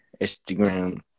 Instagram